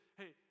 hey